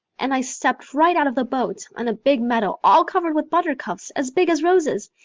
and i stepped right out of the boat on a big meadow all covered with buttercups as big as roses.